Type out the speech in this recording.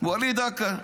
וליד דקה.